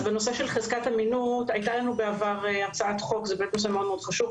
נושא חזקת אמינות הוא מאוד מאוד חשוב.